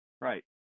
Right